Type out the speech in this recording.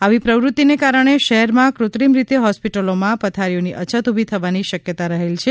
આવી પ્રવૃતિને કારણે શહેરમાં કૃત્રિમ રીતે હોસ્પિટલોમાં પથારીઓની અછત ઉભી થવાની શકયતા રહેલ છે